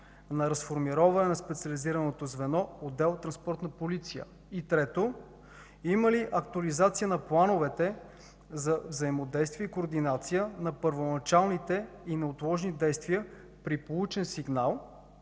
на разформироване на специализираното звено – отдел „Транспортна полиция”? Трето, има ли актуализация на плановете за взаимодействие и координация на първоначалните и неотложни действия при получен сигнал